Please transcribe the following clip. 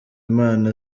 imana